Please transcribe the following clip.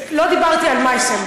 לא דיברתי על מייסם,